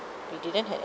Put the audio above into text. they didn't had